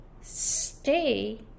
stay